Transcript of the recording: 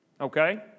Okay